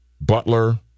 Butler